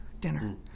dinner